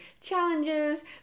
challenges